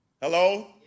Hello